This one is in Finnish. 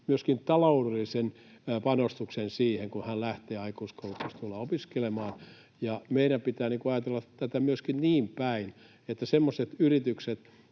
myöskin talou-dellisen panostuksen siihen, kun hän lähtee aikuiskoulutustuella opiskelemaan. Meidän pitää ajatella tätä myöskin niin päin, että semmoisissa yrityksissä